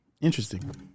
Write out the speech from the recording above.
Interesting